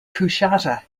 coushatta